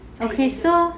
okay so